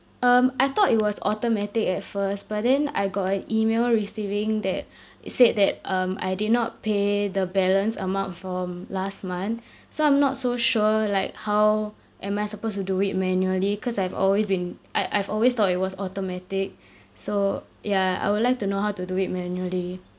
um I thought it was automatic at first but then I got an email receiving that it said that um I did not pay the balance amount from last month so I'm not so sure like how am I supposed to do it manually cause I've always been I I've always thought it was automatic so ya I would like to know how to do it manually